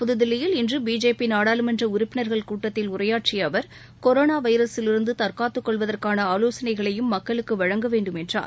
புத்தில்லியில் இன்று பிஜேபி நாடாளுமன்ற உறுப்பினர்கள் கூட்டத்தில் உரையாற்றிய அவர் கொரோனா வைரஸில் இருந்து தற்னத்து கொள்ளவதற்கான ஆலோசனைகளையும் மக்களுக்கு வழங்க வேண்டும் என்றார்